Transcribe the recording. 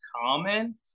common